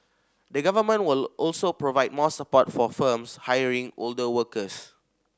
the Government will also provide more support for firms hiring older workers